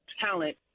talent